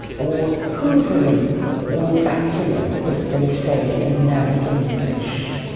or hoovering or vacuuming as they say in american english.